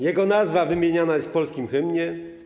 Jego nazwa wymieniana jest w polskim hymnie.